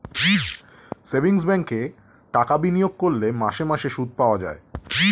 savings ব্যাঙ্কে টাকা বিনিয়োগ করলে মাসে মাসে সুদ পাওয়া যায়